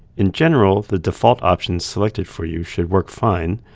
in general, the default options selected for you should work fine,